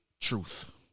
truth